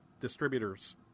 distributors